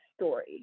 story